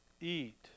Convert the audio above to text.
eat